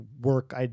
work